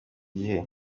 gihe